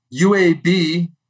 UAB